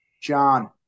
John